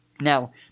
Now